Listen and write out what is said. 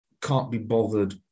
can't-be-bothered